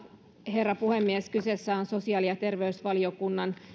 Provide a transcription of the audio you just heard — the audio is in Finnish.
herra puhemies kyseessä on sosiaali ja terveysvaliokunnan